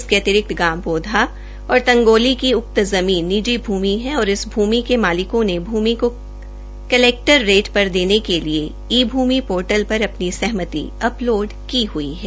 इसक अतिरिक्त गांव बोधा और तंगोली की उक्त जमीन निजी भूमि है औश्र इस भूमि के मालिकों ने भूमि को कलैक्टर रेट पर देने के लिए ई भूमि पोर्टल पर अपनी सहमति अपलोड की हई है